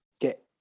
get